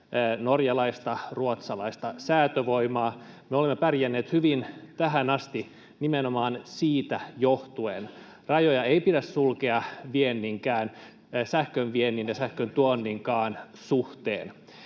norjalaista ja ruotsalaista säätövoimaa. Me olemme pärjänneet hyvin tähän asti nimenomaan siitä johtuen. Rajoja ei pidä sulkea sähkön viennin ja sähkön tuonninkaan suhteen.